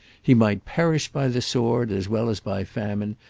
he might perish by the sword as well as by famine,